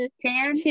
Ten